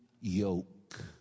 yoke